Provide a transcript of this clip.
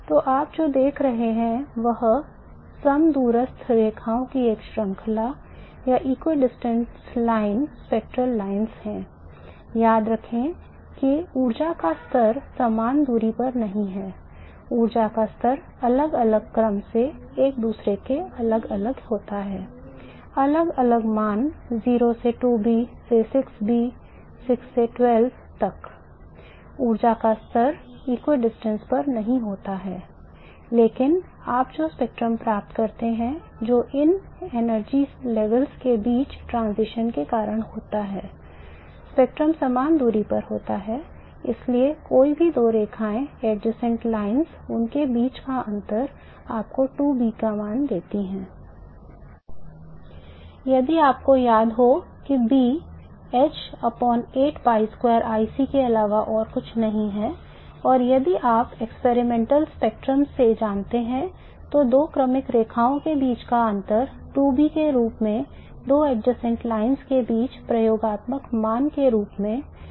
तो आप जो देख रहे हैं वह समदूरस्थ रेखाओं की एक श्रृंखला वर्णक्रमीय रेखाएँ उनके बीच का अंतर आपको 2B का मान देता है